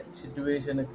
situation